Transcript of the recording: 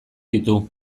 ditu